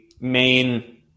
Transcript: main